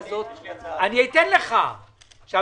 אני יודע מה אני הייתי עושה.